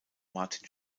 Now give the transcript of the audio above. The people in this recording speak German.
martin